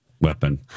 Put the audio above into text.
Weapon